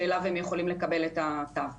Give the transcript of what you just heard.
שאליו הם יכולים לקבל את התו.